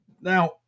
Now